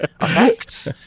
effects